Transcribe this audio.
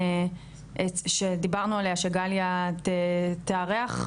שדיברנו עליה שגליה תארח,